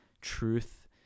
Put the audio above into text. truth